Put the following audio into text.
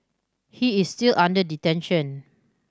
he is still under detention